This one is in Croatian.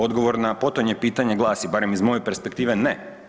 Odgovor na potonje pitanje glasi, barem iz moje perspektive ne.